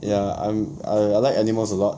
ya I'm I I like animals a lot